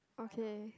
okay